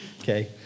Okay